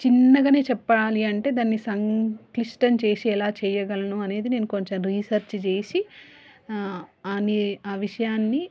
చిన్నగానే చెప్పాలి అంటే దాన్ని సంక్లిష్టం చేసి ఎలా చేయగలను అనేది నేను కొంచెం రీసెర్చ్ చేసి అని ఆ విషయాన్ని